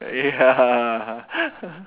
ya